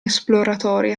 esploratori